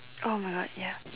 !oh-my-God! ya